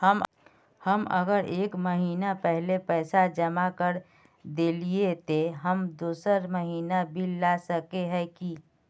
हम अगर एक महीना पहले पैसा जमा कर देलिये ते हम दोसर महीना बिल ला सके है की?